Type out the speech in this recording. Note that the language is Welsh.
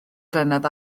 flynedd